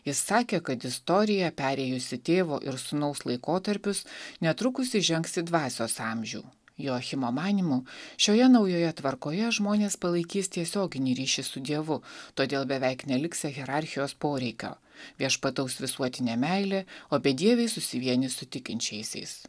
jis sakė kad istorija perėjusi tėvo ir sūnaus laikotarpius netrukus įžengs į dvasios amžių joachimo manymu šioje naujoje tvarkoje žmonės palaikys tiesioginį ryšį su dievu todėl beveik neliksią hierarchijos poreikio viešpataus visuotinė meilė o bedieviai susivienys su tikinčiaisiais